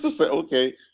Okay